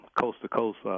coast-to-coast